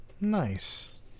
Nice